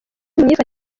myifatire